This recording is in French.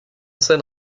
scène